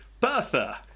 Bertha